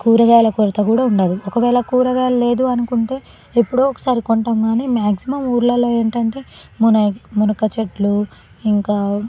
కూరగాయల కొరత కూడా ఉండదు ఒకవేళ కూరగాయలు లేదు అనుకుంటే ఎప్పుడో ఒకసారి కొంటాము కానీ మ్యాక్జిమం ఊళ్ళలో ఏంటంటే మునక్కాయ చెట్లు ఇంకా